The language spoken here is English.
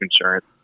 insurance